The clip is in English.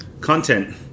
content